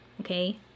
okay